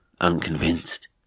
unconvinced